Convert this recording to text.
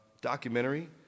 documentary